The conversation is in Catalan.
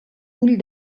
ull